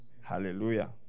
Hallelujah